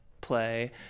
play